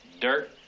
Dirt